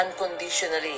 unconditionally